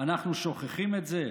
אנחנו שוכחים את זה?